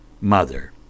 Mother